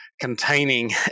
containing